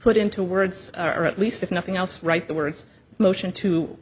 put into words or at least if nothing else write the words motion to